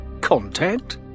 CONTACT